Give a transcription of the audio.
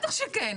בטח שכן.